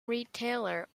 retailer